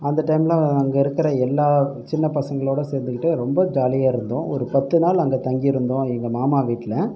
அந்த டைமில் அங்கே இருக்கிற எல்லா சின்ன பசங்களோட சேர்ந்துகிட்டு ரொம்ப ஜாலியாக இருந்தோம் ஒரு பத்து நாள் அங்கே தங்கியிருந்தோம் எங்கள் மாமா வீட்டில்